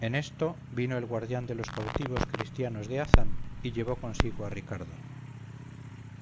en esto vino el guardián de los cautivos cristianos de hazán y llevó consigo a ricardo